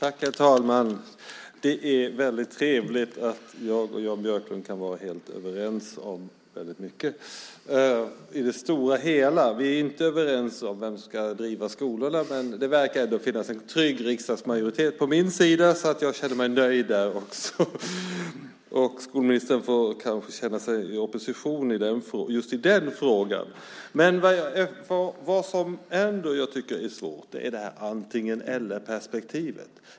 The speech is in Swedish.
Herr talman! Det är väldigt trevligt att jag och Jan Björklund kan vara helt överens om väldigt mycket i det stora hela. Vi är inte överens om vem som ska driva skolorna, men det verkar ändå finnas en trygg riksdagsmajoritet på min sida. Jag känner mig nöjd där. Skolministern får kanske känna sig i opposition just i den frågan. Men det som jag ändå tycker är svårt är det här antingen-eller-perspektivet.